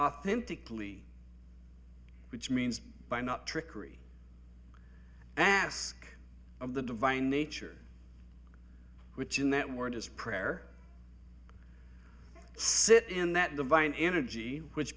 authentically which means by not trickery ask of the divine nature which in that word is prayer sit in that divine energy which